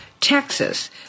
Texas